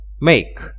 make